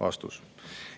Vastus.